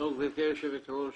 גברתי היושבת-ראש,